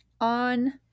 on